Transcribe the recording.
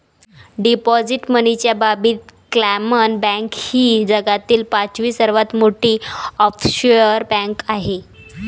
deposit मनीच्या बाबतीत क्लामन बँक ही जगातील पाचवी सर्वात मोठी ऑफशोअर बँक आहे